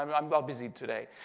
um i'm busy today.